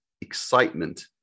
excitement